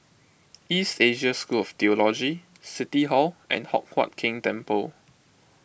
East Asia School of theology City Hall and Hock Huat Keng Temple